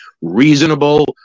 reasonable